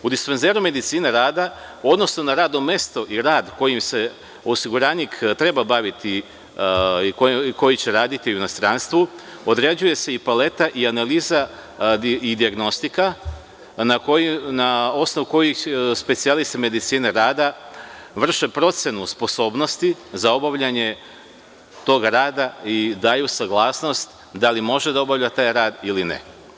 U dispanzeru medicine rada, odnosno na radno mesto i rad kojim se osiguranik treba baviti i koji će raditi u inostranstvu, određuje se i paleta i analiza i dijagnostika, na osnovu kojih specijalisti medicine rada vrše procenu sposobnosti za obavljanje tog rada i daju saglasnost da li može da obavlja taj rad ili ne.